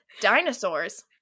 dinosaurs